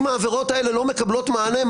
אם העבירות האלה לא מקבלות מענה,